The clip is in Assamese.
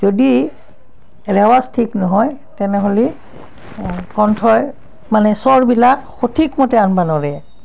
যদি ৰেৱাজ ঠিক নহয় তেনেহ'লে কণ্ঠই মানে স্বৰবিলাক সঠিক মতে আনিব নোৱাৰে